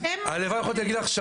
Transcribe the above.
הלוואי שיכולתי להגיד לך,